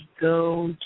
go